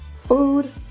food